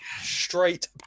Straight